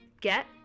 get